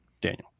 Daniel